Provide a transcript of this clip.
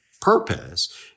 purpose